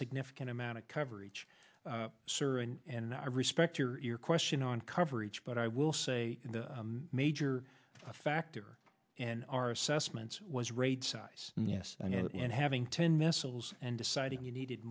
significant amount of coverage sir and i respect your question on coverage but i will say the major factor in our assessments was raid size yes and having ten missiles and deciding you needed